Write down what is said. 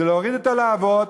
היא להוריד את הלהבות,